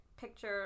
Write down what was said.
picture